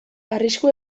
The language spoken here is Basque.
arrisku